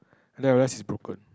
then realise it's broken